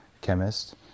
chemist